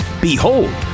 behold